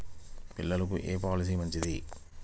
పిల్లలకు ఏ పొలసీ మంచిది?